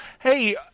hey